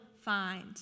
find